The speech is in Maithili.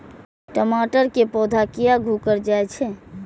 टमाटर के पौधा किया घुकर जायछे?